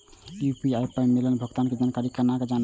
UPI पर मिलल भुगतान के जानकारी केना जानब?